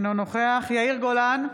אינו נוכח יאיר גולן,